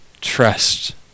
Trust